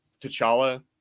T'Challa